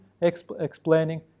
explaining